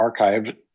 archived